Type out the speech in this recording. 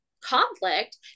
conflict